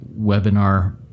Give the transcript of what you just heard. webinar